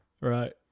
Right